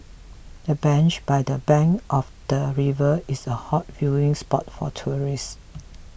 the bench by the bank of the river is a hot viewing spot for tourists